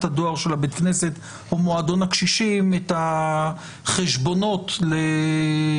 הדואר של הבית כנסת או מועדון הקשישים את החשבונות לדיגיטל.